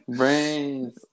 Brains